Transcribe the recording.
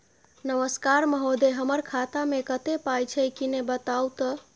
नमस्कार महोदय, हमर खाता मे कत्ते पाई छै किन्ने बताऊ त?